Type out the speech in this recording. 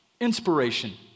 Inspiration